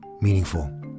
meaningful